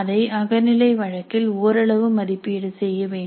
அதை அகநிலை வழக்கில் ஓரளவு மதிப்பீடு செய்ய வேண்டும்